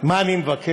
מה אני מבקש.